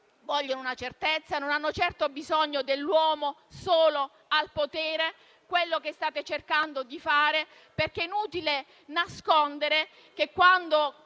vogliono una certezza, non hanno certo bisogno dell'uomo solo al potere (che è quello che state cercando di fare), perché è inutile nascondere che, qualora